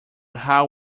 how